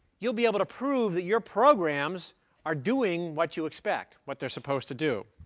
you'll be able to prove that your programs are doing what you expect what they're supposed to do.